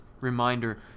reminder